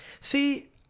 See